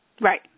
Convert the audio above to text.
Right